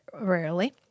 rarely